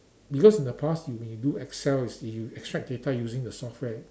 because in the past you may do Excel you see you extract data using the software